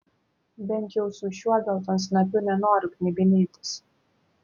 bent jau su šiuo geltonsnapiu nenoriu knibinėtis